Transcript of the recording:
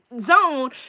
Zone